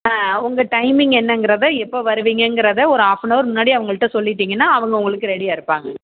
ஆ உங்கள் டைமிங் என்னங்கிறதை எப்போ வருவீங்கங்கிறதை ஒரு ஹாஃப் அண்ட் ஹவர் முன்னாடியே அவங்கள்கிட்ட சொல்லிவிட்டிங்கன்னா அவங்க உங்களுக்கு ரெடியாக இருப்பாங்க